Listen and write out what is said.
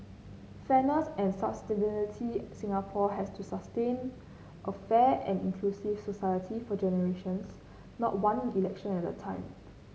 fairness and sustainability Singapore has to sustain a fair and inclusive society for generations not one election at a time